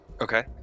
Okay